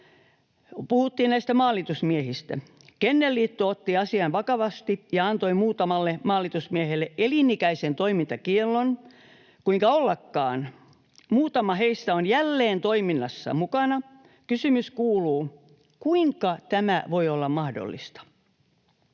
Puhuttiin näistä maalitusmiehistä. Kennelliitto otti asian vakavasti ja antoi muutamalle maalitusmiehelle elinikäisen toimintakiellon. Kuinka ollakaan, muutama heistä on jälleen toiminnassa mukana. Kysymys kuuluu: kuinka tämä voi olla mahdollista?